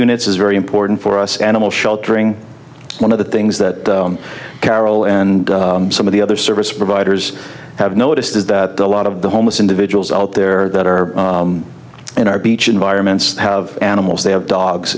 units is very important for us animal sheltering one of the things that carol and some of the other service providers have noticed is that a lot of the homeless individuals out there that are in our beach environments have animals they have dogs